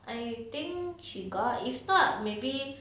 I think she got if not maybe